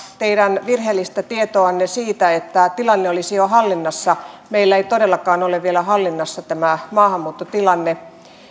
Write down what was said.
teitä virheellisestä tiedostanne siitä että tilanne olisi jo hallinnassa meillä ei todellakaan ole vielä hallinnassa tämä maahanmuuttotilanne